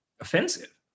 offensive